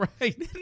right